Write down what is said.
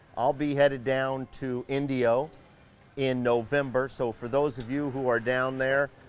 i'll be headed down to indio in november. so for those of you who are down there,